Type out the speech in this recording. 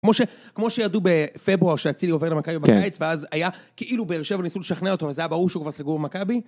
כמו ש... כמו שידעו בפברואר שאצילי עובר למכבי בקיץ, ואז היה כאילו באר שבע ניסו לשכנע אותו, אז היה ברור שהוא כבר סגור במכבי.